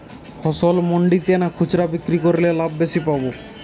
ফসল মন্ডিতে না খুচরা বিক্রি করলে লাভ বেশি পাব?